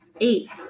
eight